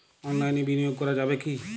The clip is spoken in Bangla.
অনলাইনে বিনিয়োগ করা যাবে কি?